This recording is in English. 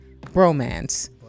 bromance